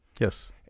Yes